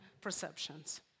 perceptions